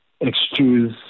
excuse